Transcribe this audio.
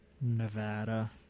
Nevada